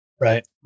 right